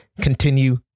continue